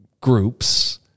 groups